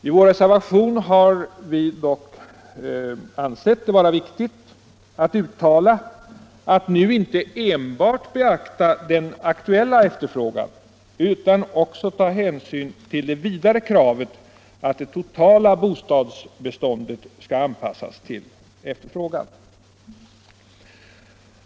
I vår reservation har vi emellertid ansett det vara viktigt att uttala, att man nu inte enbart skall beakta den aktuella efterfrågan utan också ta hänsyn till det tidigare kravet att det totala bostadsbeståndet skall anpassas till efterfrågan.